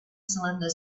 cylinder